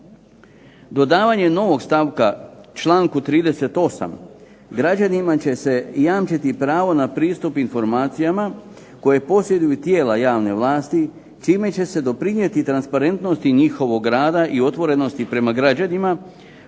Dodavanje novog stavka članku 38. građanima će se jamčiti pravo na pristup informacijama koje posjeduju tijela javne vlasti, čime će se doprinijeti transparentnosti njihovog rada i otvorenosti prema građanima,